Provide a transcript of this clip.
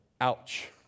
ouch